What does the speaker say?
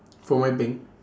for my bank